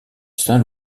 saint